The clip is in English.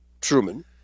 Truman